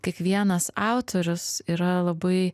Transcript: kiekvienas autorius yra labai